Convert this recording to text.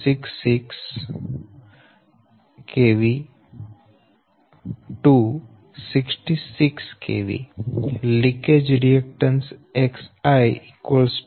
6666 kV leakage reactance Xl 0